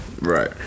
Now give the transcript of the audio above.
Right